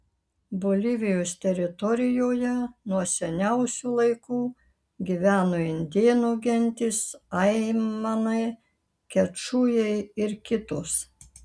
bolivijos teritorijoje nuo seniausių laikų gyveno indėnų gentys aimanai kečujai ir kitos